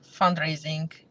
fundraising